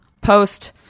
Post